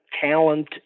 talent